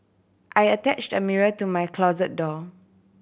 I attached a mirror to my closet door